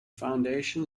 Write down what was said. foundation